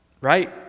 right